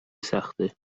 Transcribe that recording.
سخته